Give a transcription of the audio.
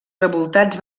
revoltats